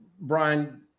Brian